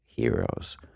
heroes